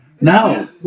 No